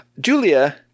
Julia